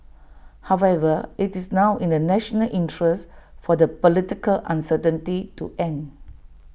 however IT is now in the national interest for the political uncertainty to end